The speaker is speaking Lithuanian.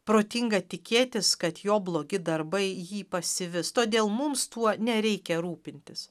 protinga tikėtis kad jo blogi darbai jį pasivys todėl mums tuo nereikia rūpintis